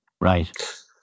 Right